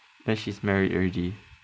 then she's married already